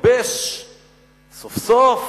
להתגבש סוף-סוף,